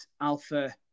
Alpha